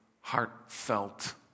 heartfelt